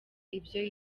ibyo